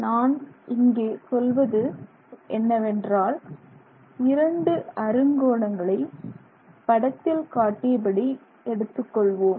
நான் இங்கே சொல்வது என்னவென்றால் 2 அருங்கோணங்களை படத்தில் காட்டியபடி எடுத்துக்கொள்வோம்